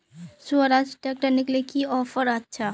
Swaraj tractor किनले की offer अच्छा?